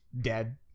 dead